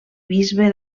bisbe